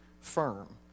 firm